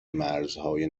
مرزهای